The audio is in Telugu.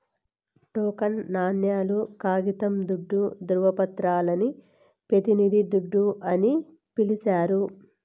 టోకెన్ నాణేలు, కాగితం దుడ్డు, దృవపత్రాలని పెతినిది దుడ్డు అని పిలిస్తారు